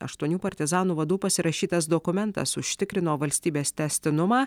aštuonių partizanų vadų pasirašytas dokumentas užtikrino valstybės tęstinumą